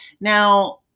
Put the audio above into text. Now